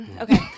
Okay